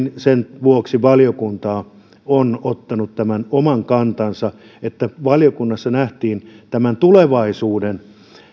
sen vuoksi valiokunta on ottanut tämän oman kantansa valiokunnassa nähtiin tulevaisuuden